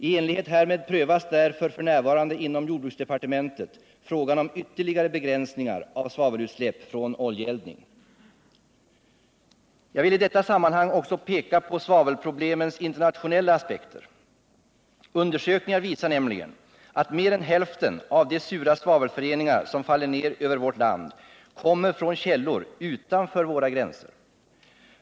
I enlighet härmed prövas därför f.n. inom jordbruksdepartementet frågan om ytterligare begränsningar av svavelutsläpp från oljeeldning. Jag vill i detta sammanhang också peka på svavelproblemens internationella aspekter. Undersökningar visar nämligen att mer än hälften av de sura svavelföreningar som faller ned över vårt land kommer från källor utanför 12 våra gränser.